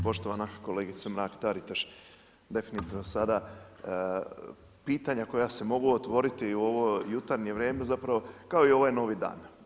Poštovana kolegice Mrak-Taritaš, definitivno sada pitanja koja se mogu otvoriti u ovo jutarnje vrijeme zapravo kao i ovaj novi dan.